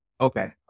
Okay